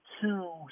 two